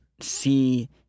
see